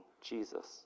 Jesus